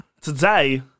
today